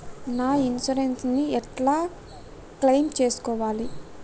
నా ఇన్సూరెన్స్ ని ఎట్ల క్లెయిమ్ చేస్కోవాలి?